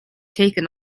taken